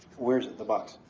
where is it? the box?